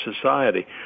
society